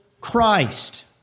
Christ